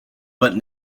but